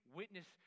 witness